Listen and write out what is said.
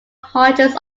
hundreds